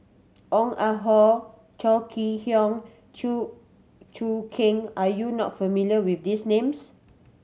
Ong Ah Hoi Chong Kee Hiong Chew Choo Keng are you not familiar with these names